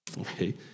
Okay